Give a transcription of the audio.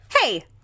Hey